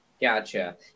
Gotcha